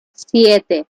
siete